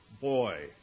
boy